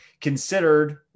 considered